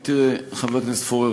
חבר הכנסת פורר,